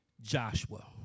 joshua